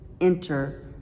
enter